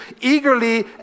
eagerly